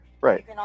Right